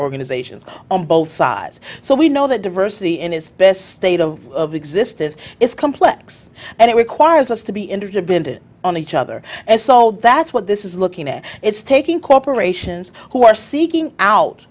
organizations on both sides so we know that diversity in his best state of existence is complex and it requires us to be interested bindon on each other and so that's what this is looking at it's taking corporations who are seeking out